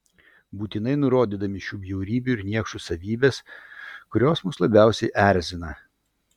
būtinai nurodydami šių bjaurybių ir niekšų savybes kurios mus labiausiai erzina